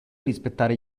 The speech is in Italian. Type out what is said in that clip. rispettare